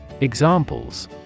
Examples